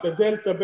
את הדלתא,